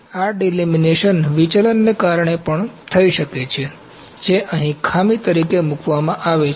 આ ડિલેમિનેશન વિચલનને કારણે પણ થઈ શકે છે જે અહીં ખામી તરીકે મૂકવામાં આવે છે